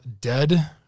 dead